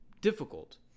Difficult